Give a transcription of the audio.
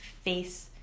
face